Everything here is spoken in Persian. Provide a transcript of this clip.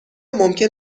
ممکن